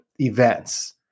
events